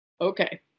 Okay